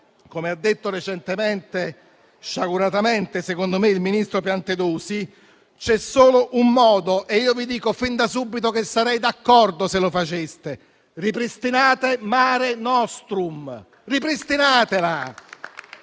come ha detto recentemente - sciaguratamente secondo me - il ministro Piantedosi, c'è solo un modo e io vi dico fin da subito che sarei d'accordo se lo faceste: ripristinare Mare nostrum. Ripristinatela!